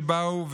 שבאו,